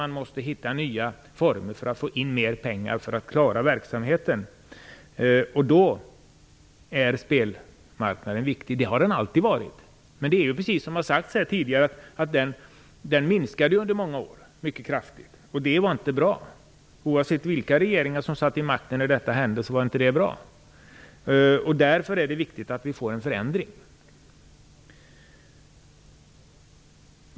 Vi måste därför finna nya former för att klara verksamheten, och då är spelmarknaden viktig. Spelmarknaden har alltid varit viktig, men den minskade under många år, som har sagts här tidigare, mycket kraftigt, och det var inte bra. Det gällde oavsett vilka regeringar som då satt vid makten. Det är därför angeläget att vi får till stånd en förändring.